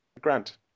Grant